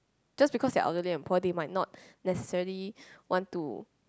just because they are elderly and they might not necessarily want to